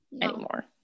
anymore